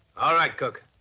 all right, cook,